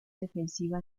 defensiva